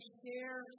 share